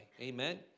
Amen